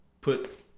put